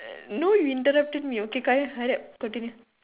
no you interrupted me okay quiet hurry up continue